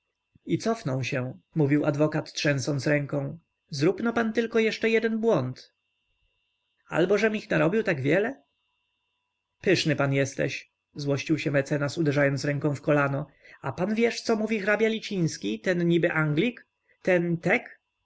i cofną się mówił adwokat trzęsąc ręką zróbno pan tylko jeszcze jeden błąd albożem ich narobił tak wiele pyszny pan jesteś złościł się mecenas uderzając ręką w kolano a pan wiesz co mówi hrabia liciński ten niby